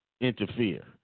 interfere